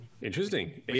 Interesting